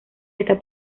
está